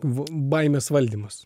baimės valdymas